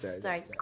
sorry